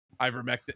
ivermectin